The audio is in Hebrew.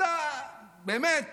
באמת